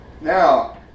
Now